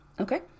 Okay